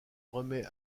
remet